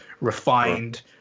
refined